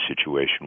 situation